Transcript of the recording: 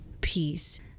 peace